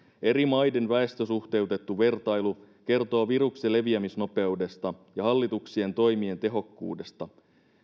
eri maiden väestösuhteutettu vertailu kertoo viruksen leviämisnopeudesta ja hallituksien toimien tehokkuudesta